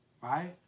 Right